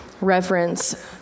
reverence